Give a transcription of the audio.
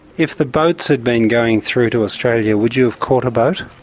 if the boats had been going through to australia, would you have caught a boat?